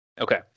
okay